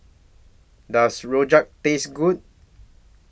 Does Rojak Taste Good